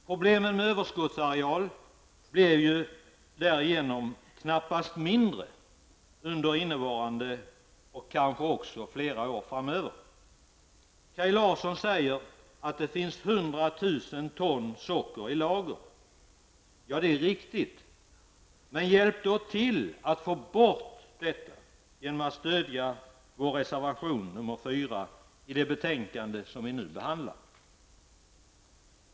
Problemen med överskottsareal blir därigenom knappast mindre under innevarande år och kanske också under flera år framöver. Kaj Larsson säger att det finns 100 000 ton socker i lager. Det är riktigt. Men hjälp då till att få bort detta genom att stödja vår reservation nr 4 till det betänkande som vi nu behandlar.